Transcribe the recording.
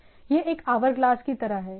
यह एक आवरग्लास की तरह है